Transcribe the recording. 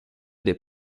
des